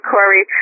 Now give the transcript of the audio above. Corey